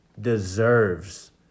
deserves